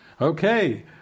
Okay